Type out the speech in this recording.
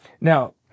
Now